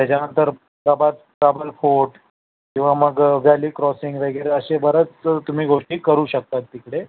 त्याच्यानंतर प्रभात फोर्ट किंवा मग वॅली क्रॉसिंग वगैरे असे बऱ्याच तुम्ही गोष्टी करू शकतात तिकडे